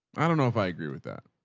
i don't know if i agree with that.